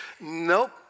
Nope